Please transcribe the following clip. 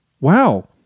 wow